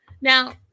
Now